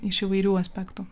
iš įvairių aspektų